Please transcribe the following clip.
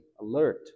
alert